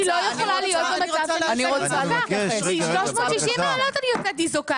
אני לא יכולה להיות במצב --- 360 מעלות אני יוצאת ניזוקה,